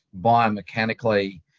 biomechanically